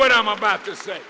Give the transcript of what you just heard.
what i'm about to say